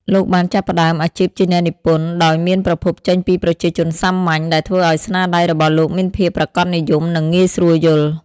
លោកបានចាប់ផ្ដើមអាជីពជាអ្នកនិពន្ធដោយមានប្រភពចេញពីប្រជាជនសាមញ្ញ ដែលធ្វើឲ្យស្នាដៃរបស់លោកមានភាពប្រាកដនិយម និងងាយស្រួលយល់។